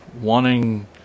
wanting